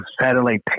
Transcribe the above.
satellite